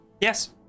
Yes